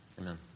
Amen